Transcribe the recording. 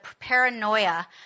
paranoia